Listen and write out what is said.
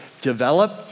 develop